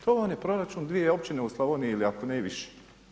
To vam je proračun dvije općine u Slavoniji ali ako ne i više.